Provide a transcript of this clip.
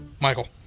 Michael